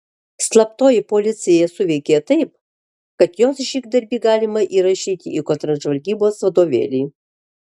slaptoji policija suveikė taip kad jos žygdarbį galima įrašyti į kontržvalgybos vadovėlį